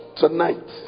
tonight